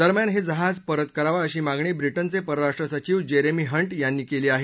दरम्यान हे जहाज परत करावं अशी मागणी ब्रिटनचे परराष्ट्र सचिव जेरेमी हंट यांनी केली आहे